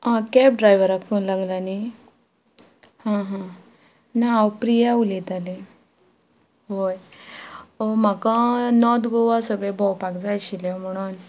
आं कॅब ड्रायवराक फोन लागला न्ही हां हां ना हांव प्रिया उलयतालें हय म्हाका नोर्थ गोवा सगळे भोंवपाक जाय आशिल्ले म्हुणून